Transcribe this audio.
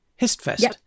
HISTFest